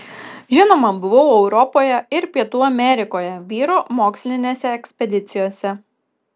žinoma buvau europoje ir pietų amerikoje vyro mokslinėse ekspedicijose